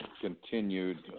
continued